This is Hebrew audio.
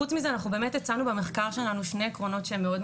חוץ מזה אנחנו באמת הצענו במחקר שלנו שני עקרונות שהם מאוד,